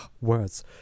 words